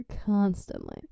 constantly